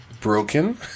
broken